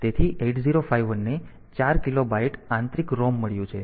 તેથી 8051 ને 4 કિલોબાઈટ આંતરિક ROM મળ્યું છે